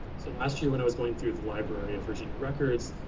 so last year, when i was going through the library of virginia records,